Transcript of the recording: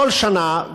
כל שנה,